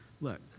look